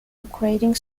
upgrading